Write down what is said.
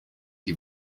die